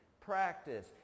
practice